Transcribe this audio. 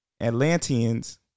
Atlanteans